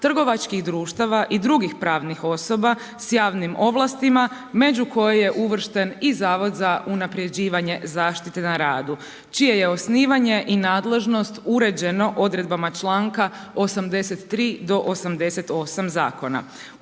trgovačkih društava i drugih pravnih osoba sa javnim ovlastima među koje je uvršten i Zavod za unaprjeđivanje zaštite na radu čije je osnivanje i nadležnost uređeno odredbama članka 83. do 88. Zakona.